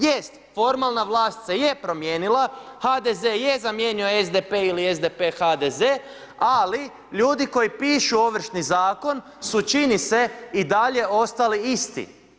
Jest formalna vlast se je promijenila, HDZ je zamijenio SDP ili SDP HDZ ali ljudi koji pišu Ovršni zakon su čini se i dalje ostali isti.